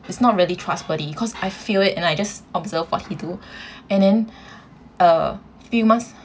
it's not really trustworthy because I feel it and I just observe what he do and then a few months